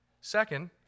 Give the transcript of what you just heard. Second